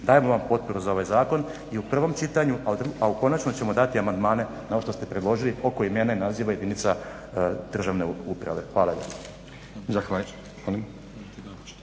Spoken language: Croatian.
Dajemo vam potporu za ovaj zakon i u prvom čitanju, a u konačnom ćemo dati amandmane na ovo što ste predložili oko imena i naziva jedinica državne uprave. Hvala